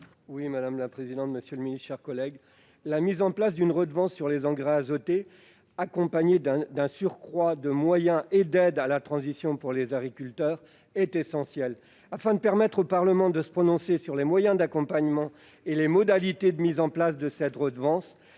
est ainsi libellé : La parole est à M. Joël Labbé. La mise en place d'une redevance sur les engrais azotés, accompagnée d'un surcroît de moyens et d'aides à la transition pour les agriculteurs, est essentielle. Afin de permettre au Parlement de se prononcer sur les moyens d'accompagnement et les modalités de mise en place de cette redevance